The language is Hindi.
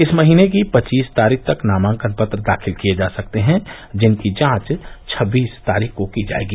इस महीने की पच्चीस तारीख तक नामांकन पत्र दाखिल किए जा सकते हैं जिनकी जांच छब्बीस तारीख को की जायेगी